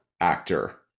actor